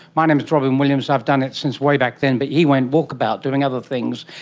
my name is robyn williams, i've done it since way back then but he went walkabout doing other things,